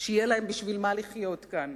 שיהיה להם בשביל מה לחיות כאן,